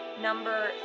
Number